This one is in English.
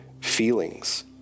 feelings